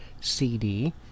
CD